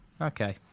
okay